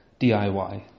DIY